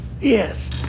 Yes